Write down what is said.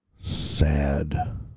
Sad